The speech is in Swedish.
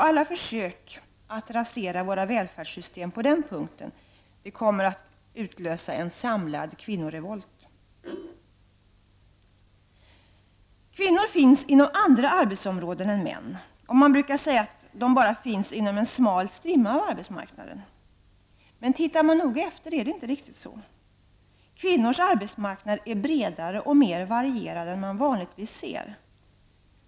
Alla försök att rasera våra välfärdssystem på den punkten kommer att utlösa en samlad kvinnorevolt. Kvinnorna finns inte inom samma områden som männen. Man brukar säga att kvinnorna bara finns inom en smal strimma av arbetsmarknaden. Men tittar man noga efter, kommer man att finna att det inte riktigt är så. Kvinnors arbetsmarknad är nämligen bredare och mera varierad än vad man vanligtvis ser.